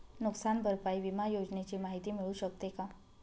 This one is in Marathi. नुकसान भरपाई विमा योजनेची माहिती मिळू शकते का?